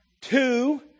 Two